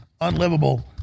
unlivable